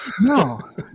no